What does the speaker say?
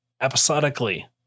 episodically